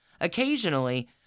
Occasionally